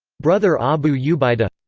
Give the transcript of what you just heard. brother abu ubaida.